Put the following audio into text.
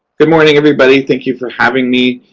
good morning, everybody. thank you for having me.